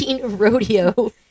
rodeo